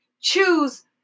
Choose